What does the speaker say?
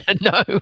No